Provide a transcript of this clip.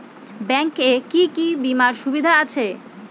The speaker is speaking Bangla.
ব্যাংক এ কি কী বীমার সুবিধা আছে?